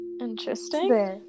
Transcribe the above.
Interesting